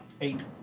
Eight